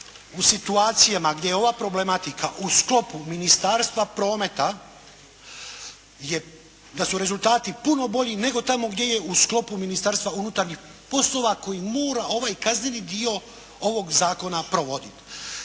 u situacijama gdje je ova problematika u sklopu Ministarstva prometa, da su rezultati puno bolji nego tamo gdje je u sklopu Ministarstva unutarnjih poslova koji mora ovaj kazneni dio ovog zakona provodit.